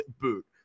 boot